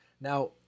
Now